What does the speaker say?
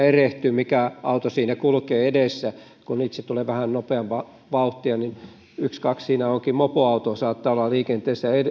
erehtyy mikä auto siinä kulkee edessä kun itse tulee vähän nopeampaa vauhtia niin ykskaks siinä saattaa mopoauto olla liikenteessä